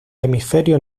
hemisferio